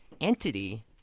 entity